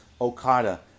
Okada